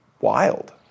wild